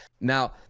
Now